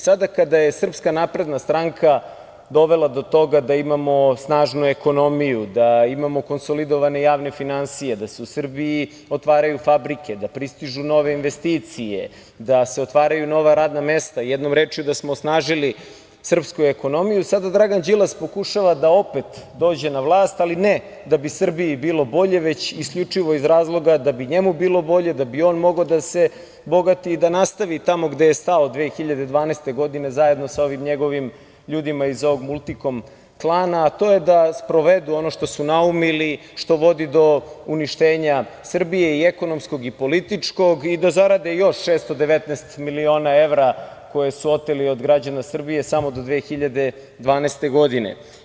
Sada kada je SNS dovela do toga da imamo snažnu ekonomiju, da imamo konsolidovane javne finansije, da se u Srbiji otvaraju fabrike, da pristižu nove investicije, da se otvaraju nova radna mesta, jednom rečju da smo osnažili srpsku ekonomiju, sada Dragan Đilas pokušava da opet dođe na vlast, ali ne da bi Srbiji bilo bolje, već isključivo iz razloga da bi njemu bilo bolje, da bi on mogao da se bogati i da nastavi tamo gde je stao 2012. godine zajedno sa ovim njegovim ljudima iz ovog Multikom klana, a to je da sprovedu ono što su naumili, što vodi do uništenja Srbije i ekonomskog i političkog i da zarade još 619 miliona evra koje su oteli od građana Srbije samo do 2012. godine.